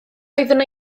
oeddwn